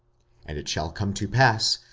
and it shall come to pass,